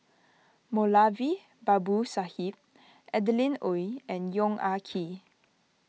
Moulavi Babu Sahib Adeline Ooi and Yong Ah Kee